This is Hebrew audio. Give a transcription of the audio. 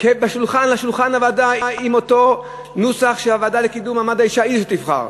לשולחן הוועדה עם אותו נוסח שהוועדה לקידום מעמד האישה היא שתבחר.